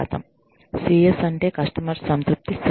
CS అంటే customer సంతృప్తి survey